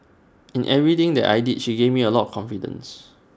in everything that I did she gave me A lot of confidence